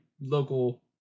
local